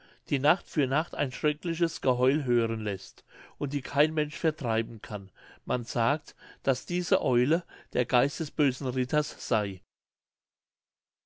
die nacht für nacht ein schreckliches geheul hören läßt und die kein mensch vertreiben kann man sagt daß diese eule der geist des bösen ritters sey